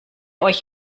euch